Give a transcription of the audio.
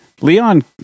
Leon